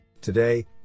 today